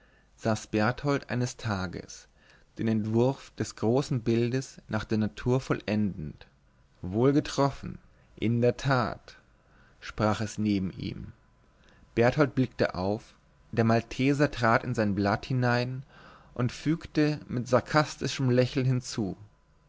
saß berthold eines tages den entwurf des großen bildes nach der natur vollendend wohl getroffen in der tat sprach es neben ihm berthold blickte auf der malteser sah in sein blatt hinein und fügte mit sarkastischem lächeln hinzu